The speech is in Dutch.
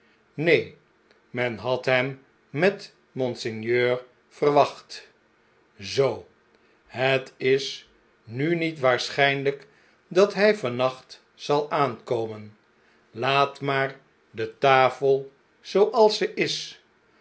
neen men had hem met monseigneur verwacht b zoo het is nu niet waarschynlijk dat hij van nacht zal aankomen laat maar de tafel zooals ze is